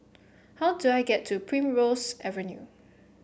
how do I get to Primrose Avenue